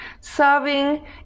Serving